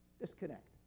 Disconnect